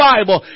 Bible